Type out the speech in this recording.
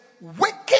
wicked